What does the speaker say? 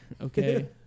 okay